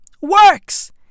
works